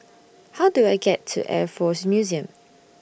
How Do I get to Air Force Museum